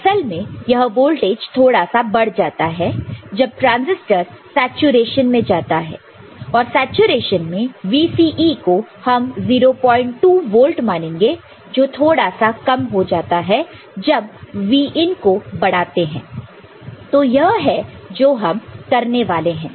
पर असल में यह वोल्टेज थोड़ा सा बढ़ जाता है जब ट्रांसिस्टर सैचुरेशन में जाता है और सैचुरेशन में VCE को हम 02 वोल्ट मानेंगे जो थोड़ा सा कम हो जाता है जब Vin को बढ़ाते हैं तो यह है जो हम करने वाले हैं